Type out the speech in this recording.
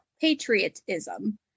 patriotism